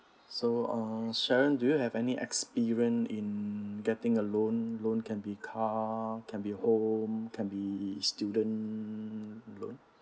so uh sharon do you have any experience in getting a loan loan can be car can be home can be student loan